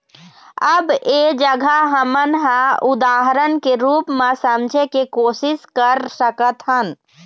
अब ऐ जघा हमन ह उदाहरन के रुप म समझे के कोशिस कर सकत हन